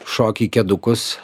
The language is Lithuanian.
šoki į kedukus